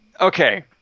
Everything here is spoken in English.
Okay